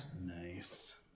Nice